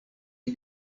die